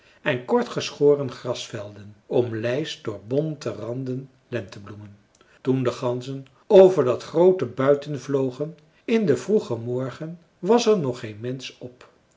en kort geschoren grasvelden omlijst door bonte randen lentebloemen toen de ganzen over dat groote buiten vlogen in den vroegen morgen was er nog geen mensch op